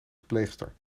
verpleegster